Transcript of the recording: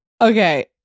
Okay